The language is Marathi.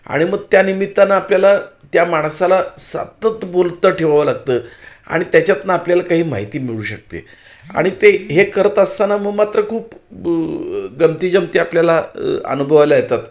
आणि मग त्या निमित्तानं आपल्याला त्या माणसाला सतत बोलतं ठेवावं लागतं आणि त्याच्यातनं आपल्याला काही माहिती मिळू शकते आणि ते हे करत असताना मग मात्र खूप गमतीजमती आपल्याला अनुभवायला येतात